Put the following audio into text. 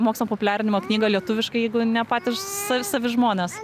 mokslo populiarinimo knygą lietuviškai jeigu ne patys sa savi žmonės